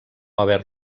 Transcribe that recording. haver